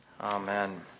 Amen